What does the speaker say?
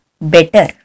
better